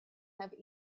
have